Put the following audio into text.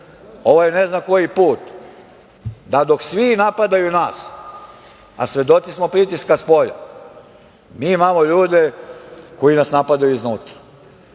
ovo je ne znam koji put, da dok svi napadaju nas, a svedoci smo pritiska spolja , mi imamo ljude koji nas napadaju iznutra.